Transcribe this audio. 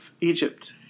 Egypt